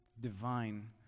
divine